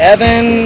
Evan